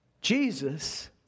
Jesus